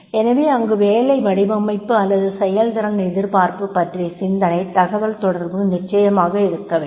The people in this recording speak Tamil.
எனவே அங்கு வேலை வடிவமைப்பு அல்லது செயல்திறன் எதிர்பார்ப்பு பற்றிய சிறந்த தகவல்தொடர்பு நிச்சயமாக இருக்க வேண்டும்